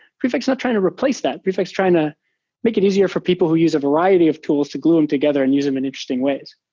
prefect is not trying to replace that. prefect is trying to make it easier for people who use a variety of tools to glue them together and use them in interesting ways.